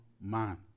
man